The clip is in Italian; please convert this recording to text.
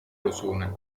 rosone